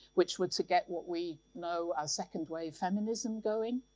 which were to get what we know as second-wave feminism going.